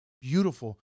Beautiful